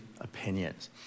opinions